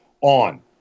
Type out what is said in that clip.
on